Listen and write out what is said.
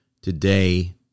today